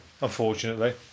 unfortunately